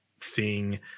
seeing